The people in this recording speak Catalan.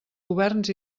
governs